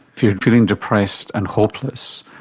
if you're feeling depressed and hopeless,